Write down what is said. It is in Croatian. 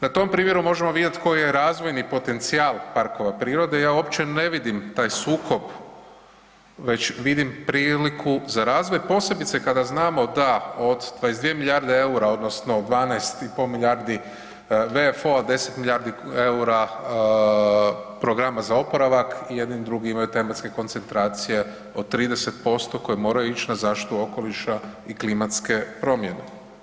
Na tom primjeru možemo vidjeti koji je razvoji potencijal parkova prirode, ja uopće ne vidim taj sukob već vidim priliku za razvoj posebice kada znamo da od 22 milijarde eura odnosno 12,5 milijarde, ... 10 milijardi eura programa za oporavak, i jedni i drugi imaju tematske koncentracije od 30% koje moraju ić na zaštitu okoliša i klimatske promjene.